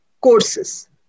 courses